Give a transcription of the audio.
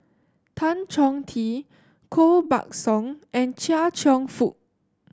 Tan Chong Tee Koh Buck Song and Chia Cheong Fook